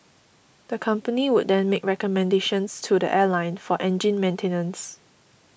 the company would then make recommendations to the airline for engine maintenance